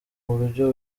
buryo